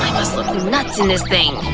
must look nuts in this thing!